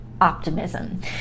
optimism